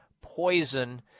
poison